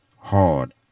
hard